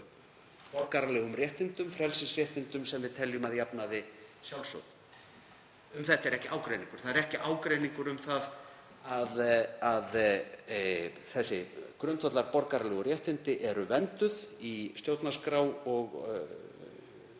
borgaralegum réttindum, frelsisréttindum, sem við teljum að jafnaði sjálfsögð. Um þetta er ekki ágreiningur. Það er ekki ágreiningur um að þessi grundvallar borgaralegu réttindi eru vernduð í stjórnarskrá og